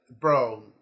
Bro